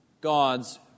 God's